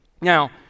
Now